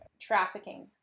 trafficking